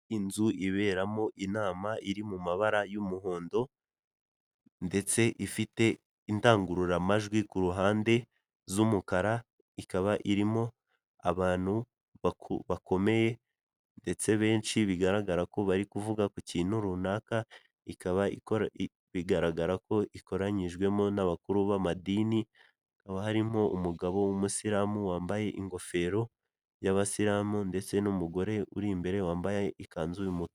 Inzu iberamo inama iri mu mabara y'umuhondo ndetse ifite indangururamajwi ku ruhande z'umukara ikaba irimo abantu bakomeye ndetse benshi bigaragara ko bari kuvuga ku kintu runaka bikaba bigaragara ko ikoranyijwemo n'abakuru b'amadini hakaba harimo umugabo w'umusilamu wambaye ingofero y'abasilamu ndetse n'umugore uri imbere wambaye ikanzu y'umutuku .